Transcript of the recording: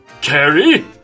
Carrie